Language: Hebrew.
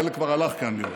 חלק כבר הלך, אני רואה.